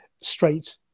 straight